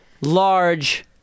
large